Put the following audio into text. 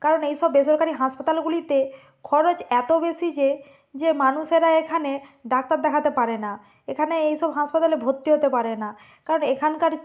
কারণ এই সব বেসরকারি হাসপাতালগুলিতে খরচ এতো বেশি যে যে মানুষেরা এখানে ডাক্তার দেখাতে পারে না এখানে এই সব হাসপাতালে ভর্তি হতে পারে না কারণ এখানকার